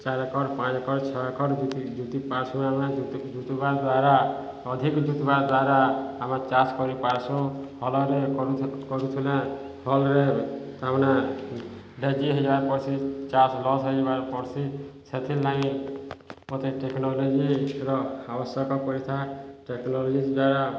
ଚାରି ଖଣ୍ଡ ପାଞ୍ଚ ଖଣ୍ଡ ଛଅ ଖଣ୍ଡ ଜୁତି ପାର୍ସୁଁ ଆମେ ଜୁତିବାର ଦ୍ୱାରା ଅଧିକ ଜୁତିବାର ଦ୍ୱାରା ଆମେ ଚାଷ କରିପାର୍ସୁଁ ହଲରେ କରୁ କରୁୁନା ହଲରେ ଆେ ଡେଜି ହେଇବାର ପଡ଼ସି ଚାଷ ଲସ୍ ହେଇଯିବାର ପଡ଼ସି ସେଥିର୍ଲାଗି ମୋତେ ଟେକ୍ନୋଲୋଜିର ଆବଶ୍ୟକ କରିଥାଏ ଟେକ୍ନୋଲୋଜି ଦ୍ୱାରା